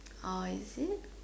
orh is it